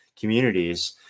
communities